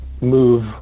move